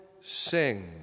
sing